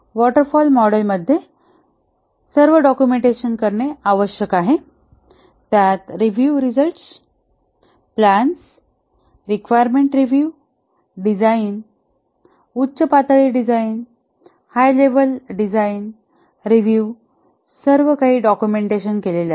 water fall model मध्ये सर्व documentation करणे आवश्यक आहे त्यात review results plans requirement review design उच्च पातळी डिझाईन हाय लेव्हल डिझाईनरिव्हिउव सर्वकाही डॉक्युमेंटेशन केलेले आहे